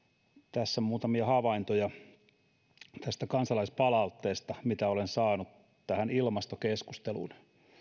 tässä muutamia havaintoja tästä kansalaispalautteesta mitä olen saanut tähän ilmastokeskusteluun